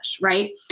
right